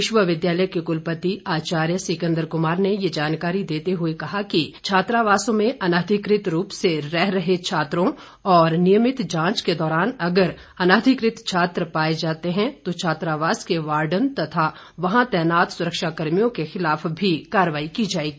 विश्वविद्यालय के कुलपति आचाार्य सिकंदर कुमार ने ये जानकारी देते हुए कहा कि छात्रावासों में अनाधिकृत रूप से रह रहे छात्रों और नियमित जांच के दौरान अगर अनाधिकृत छात्र पाए जाने पर छात्रावास के वार्डन तथा वहां तैनात सुरक्षा कर्मियों के खिलाफ भी कार्रवाई की जाएगी